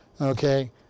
Okay